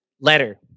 letter